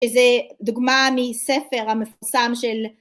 איזה דוגמה מספר המפורסם של